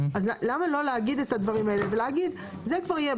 אז למה לא להגיד את הדברים האלה ולהגיד שזה כבר יהיה,